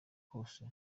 kose